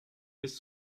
bis